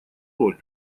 роль